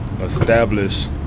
establish